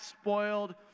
Spoiled